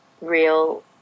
real